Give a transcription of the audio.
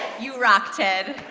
you rocked it.